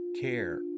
care